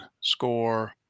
score